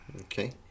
Okay